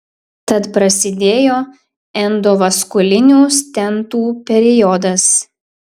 tad prasidėjo endovaskulinių stentų periodas